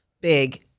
big